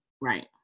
Right